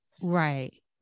Right